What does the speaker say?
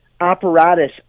apparatus